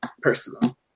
personal